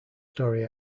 story